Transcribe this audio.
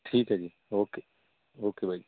ਠੀਕ ਹੈ ਜੀ ਓਕੇ ਓਕੇ ਬਾਈ